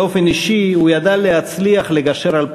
באופן אישי הוא ידע להצליח לגשר על פערים,